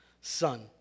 son